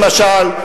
למשל,